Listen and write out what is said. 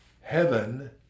heaven